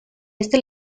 este